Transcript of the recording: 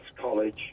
college